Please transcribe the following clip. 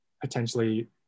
potentially